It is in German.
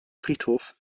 friedhof